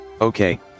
Okay